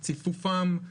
ציפופים,